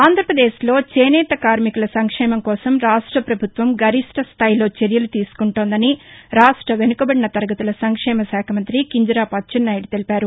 ఆంధ్రప్రదేశ్లో చేనేత కార్మికుల సంక్షేమం కోసం రాష్ట్రపభుత్వం గరిష్టస్థాయిలో చర్యలు తీసుకుంటోందని రాష్ట వెనుకబడిన తరగతుల సంక్షేమ శాఖ మంతి కింజరాపు అచ్చెన్నాయుడు తెలిపారు